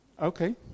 Okay